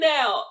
Now